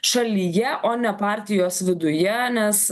šalyje o ne partijos viduje nes